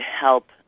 help